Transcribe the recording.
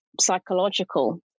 psychological